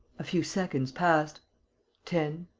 a few seconds passed ten,